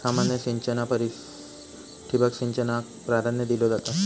सामान्य सिंचना परिस ठिबक सिंचनाक प्राधान्य दिलो जाता